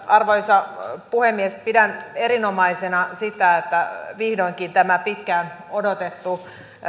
arvoisa puhemies pidän erinomaisena sitä että vihdoinkin tämä pitkään odotettu